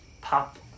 pop